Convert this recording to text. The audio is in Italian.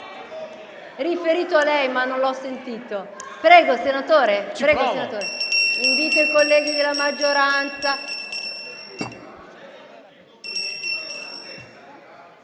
riferito a lei, ma non ho sentito. *(Commenti)*. Invito i colleghi della maggioranza